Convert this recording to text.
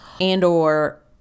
and/or